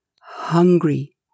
hungry